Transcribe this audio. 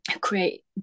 create